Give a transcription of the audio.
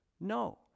No